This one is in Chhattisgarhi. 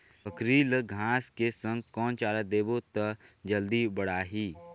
बकरी ल घांस के संग कौन चारा देबो त जल्दी बढाही?